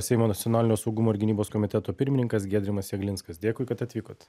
seimo nacionalinio saugumo ir gynybos komiteto pirmininkas giedrimas jeglinskas dėkui kad atvykot